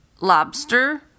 lobster